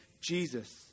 Jesus